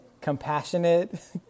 Compassionate